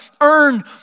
earn